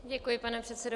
Děkuji, pane předsedo.